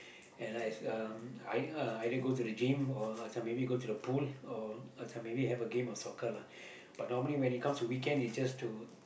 and right uh I uh either go to the gym or maybe go to the pool or maybe have a game of soccer lah but normally when it comes to weekend is just to